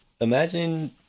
imagine